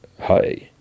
hi